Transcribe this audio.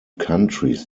countries